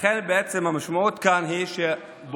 לכן המשמעות כאן היא שלבוגר